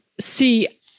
see